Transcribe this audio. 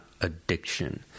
addiction